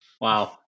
Wow